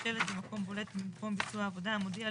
שלט במקום בולט במקום ביצוע העבודה המודיע על